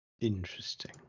interesting